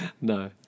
No